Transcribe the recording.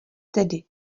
tedy